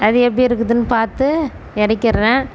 அது எப்படி இருக்குதுனு பார்த்து இறக்கிர்றேன்